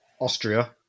Austria